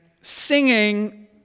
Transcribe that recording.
singing